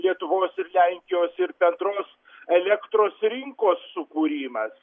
lietuvos ir lenkijos ir bendros elektros rinkos sukūrimas